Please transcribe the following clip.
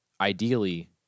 ideally